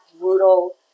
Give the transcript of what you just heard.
brutal